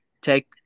take